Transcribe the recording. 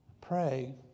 pray